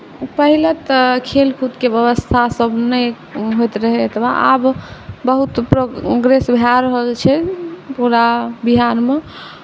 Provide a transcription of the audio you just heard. पहिले तऽ खेलकूदके बेबस्थासब नहि होइत रहै एतबा आब बहुत प्रोग्रेस भऽ रहल छै पूरा बिहारमे